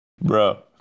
Bro